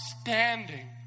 standing